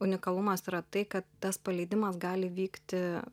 unikalumas yra tai kad tas paleidimas gali vykti